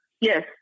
Yes